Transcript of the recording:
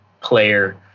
player